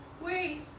Wait